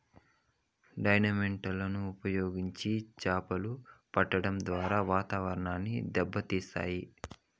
dynamite లను ఉపయోగించి చాపలు పట్టడం ద్వారా వాతావరణాన్ని దెబ్బ తీస్తాయి